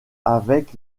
avec